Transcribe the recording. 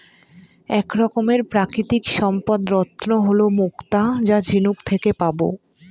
এক রকমের প্রাকৃতিক সম্পদ রত্ন হল মুক্তা যা ঝিনুক থেকে পাবো